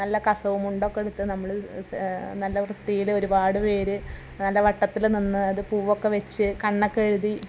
നല്ല കസവ് മുണ്ടൊക്കെ ഉടുത്ത് നമ്മൾ നല്ല വൃത്തിയിൽ ഒരുപാട് പേർ നല്ല വട്ടത്തിൽ നിന്ന് അത് പൂവൊക്കെ വച്ച് കണ്ണൊക്കെ എഴുതി